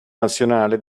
nazionale